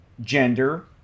gender